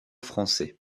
français